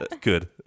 good